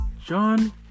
John